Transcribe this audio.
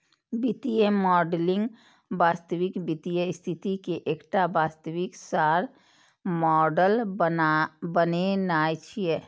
वित्तीय मॉडलिंग वास्तविक वित्तीय स्थिति के एकटा वास्तविक सार मॉडल बनेनाय छियै